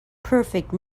perfect